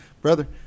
Brother